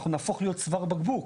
אנחנו נהפוך להיות צוואר בקבוק.